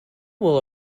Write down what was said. will